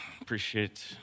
Appreciate